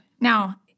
Now